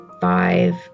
five